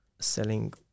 selling